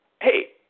Hey